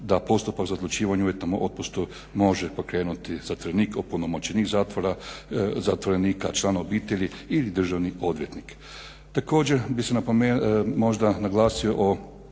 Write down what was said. da postupak za odlučivanje o uvjetnom otpustu može pokrenuti zatvorenik, opunomoćenik zatvora, zatvorenika, član obitelji ili državni odvjetnik. Također, bi se napomenuo, možda naglasio o